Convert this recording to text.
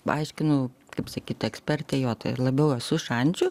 paaiškinu kaip sakyt ekspertė jo labiau esu šančių